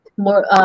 more